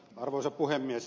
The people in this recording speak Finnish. arvoisa puhemies